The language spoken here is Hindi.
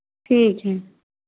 ठीक है